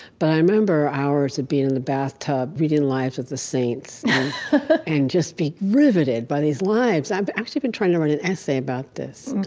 but i remember hours of being in the bathtub reading lives of the saints and just be riveted by these lives. i've actually been trying to write an essay about this.